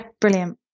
Brilliant